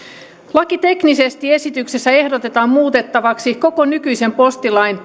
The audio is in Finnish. lakiteknisesti esityksessä ehdotetaan muutettavaksi koko nykyisen postilain